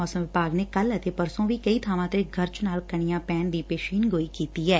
ਮੌਸਮ ਵਿਭਾਗ ਨੇ ਕੱਲੂ ਅਤੇ ਪਰਸੋ ਵੀ ਕਈ ਬਾਵਾਂ ਤੇ ਗਰਜ ਨਾਲ ਕਣੀਆਂ ਪੈਣ ਦੀ ਪੇਸ਼ੀਨਗੋਈ ਕੀਤੀ ਐ